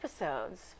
episodes